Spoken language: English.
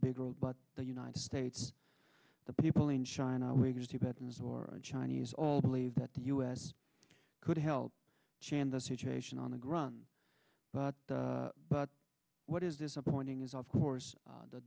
big role but the united states the people in china or chinese all believe that the u s could help change the situation on the ground but but what is disappointing is of course